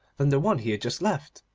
than the one he had just left.